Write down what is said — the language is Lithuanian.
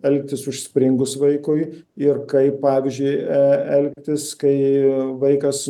elgtis užspringus vaikui ir kaip pavyzdžiui elgtis kai vaikas